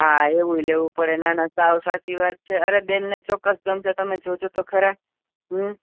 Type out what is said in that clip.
હા એવું ય લેવું પડે ના ના સાવ સાચી વાત છે અરે બહેનને ચોક્કસ ગમશે તમે જો જો તો ખરા હમ